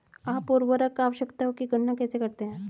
आप उर्वरक आवश्यकताओं की गणना कैसे करते हैं?